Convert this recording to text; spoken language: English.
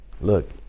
Look